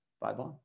bye-bye